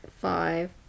Five